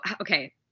okay